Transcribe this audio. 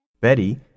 Betty